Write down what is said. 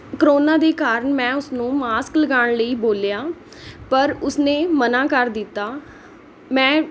corona ਦੇ ਕਾਰਨ ਮੈਂ ਉਸਨੂੰ ਮਾਸਕ ਲਗਾਉਣ ਲਈ ਬੋਲਿਆ ਪਰ ਉਸਨੇ ਮਨ੍ਹਾ ਕਰ ਦਿੱਤਾ ਮੈਂ